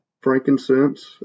Frankincense